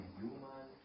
human